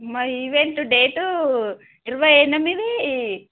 మా event date ఇరవై ఎనిమిది